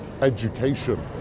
education